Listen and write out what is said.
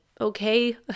okay